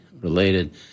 related